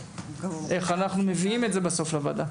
איך אנחנו מביאים את זה בסוף לוועדה.